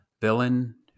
villain